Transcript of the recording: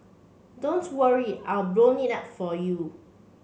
don't worry I've blown it up for you